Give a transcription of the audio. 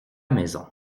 maison